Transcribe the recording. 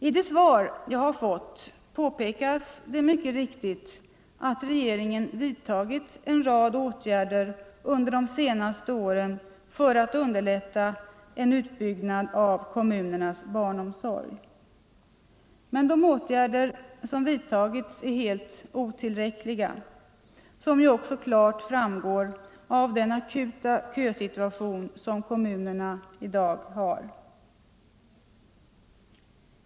I det svar jag har fått påpekas det mycket riktigt att regeringen vidtagit en rad åtgärder under de senaste åren för att underlätta en utbyggnad av kommunernas barnomsorg. Men de åtgärder som vidtagits är helt otillräckliga, vilket ju också klart framgår av den akuta kösituation som kommunerna har i dag.